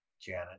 janet